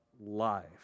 life